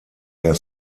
der